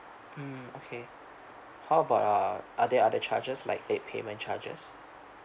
mm okay how about err are there other charges like late payment charges